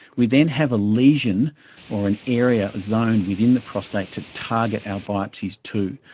we then have a lesion or an area, a zone within the prostate to target our biopsies to.